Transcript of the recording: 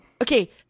okay